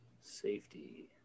Safety